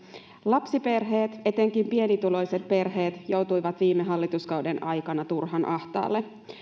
lapsiperheet etenkin pienituloiset perheet joutuivat viime hallituskauden aikana turhan ahtaalle